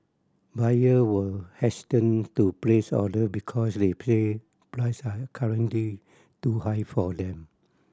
buyer were hesitant to place order because they play price are currently too high for them